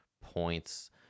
points